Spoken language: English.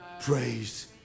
praise